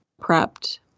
prepped